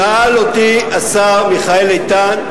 שאל אותי השר מיכאל איתן,